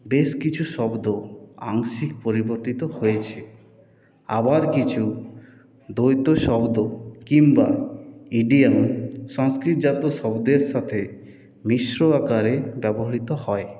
বেশ কিছু শব্দ আংশিক পরিবর্তিত হয়েছে আবার কিছু দ্বৈত শব্দ কিংবা ইডিয়ম সংস্কৃতজাত শব্দের সাথে মিশ্র আকারে ব্যবহৃত হয়